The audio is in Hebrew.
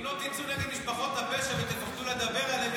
אם לא תצאו נגד משפחות הפשע ותפחדו לדבר עליהן,